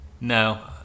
No